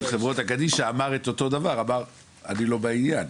חברה קדישא אמר גם הוא שהוא לא בעניין.